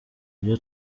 ibyo